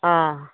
ꯑꯥ